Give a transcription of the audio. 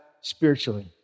spiritually